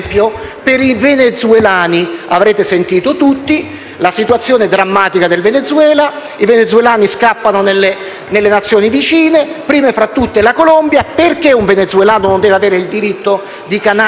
per i venezuelani. Avrete sentito tutti la situazione drammatica del Venezuela. I venezuelani scappano nelle Nazioni vicine, prima fra tutte la Colombia. Perché un venezuelano non deve avere il diritto di canali diretti?